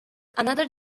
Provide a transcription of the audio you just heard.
another